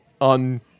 on